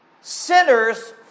sinners